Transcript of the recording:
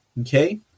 Okay